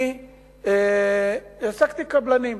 אני העסקתי קבלנים.